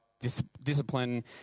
discipline